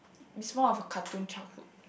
is more of a cartoon childhood